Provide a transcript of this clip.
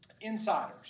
insiders